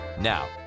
Now